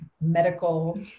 medical